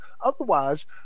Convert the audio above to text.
Otherwise